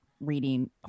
reading